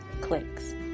clicks